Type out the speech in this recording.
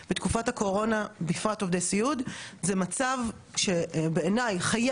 זה מצב שבעיני חייבת להיות החלטה גורפת של רשות האוכלוסין בעניין הזה.